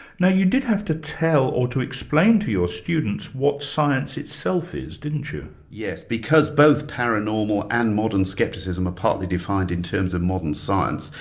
now you did have to tell or to explain to your students what science itself is, didn't you? yes, because both paranormal and modern skepticism are partly defined in terms of modern science,